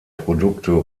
produkte